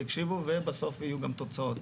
יקשיבו ובסוף יהיו גם תוצאות.